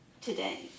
today